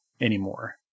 anymore